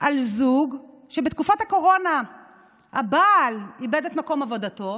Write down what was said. על זוג שבתקופת הקורונה הבעל איבד את מקום עבודתו